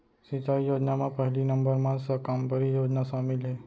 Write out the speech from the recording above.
सिंचई योजना म पहिली नंबर म साकम्बरी योजना सामिल हे